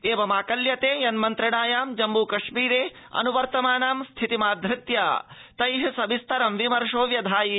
एवमाकल्यते यन्मन्त्रणायां जम्मू कश्मीर अन्वर्तमानां स्थितिमाधृत्य तैः सविस्तरं विमर्शो व्यधायि